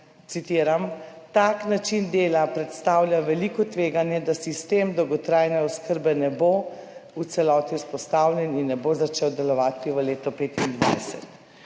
citiram, "tak način dela predstavlja veliko tveganje, da sistem dolgotrajne oskrbe ne bo v celoti vzpostavljen in ne bo začel delovati v letu 2025."